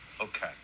Okay